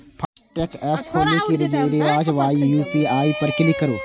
FASTag app खोलि कें recharge वाया यू.पी.आई पर क्लिक करू